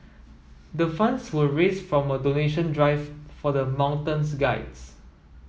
the funds were raised from donation drive for the mountains guides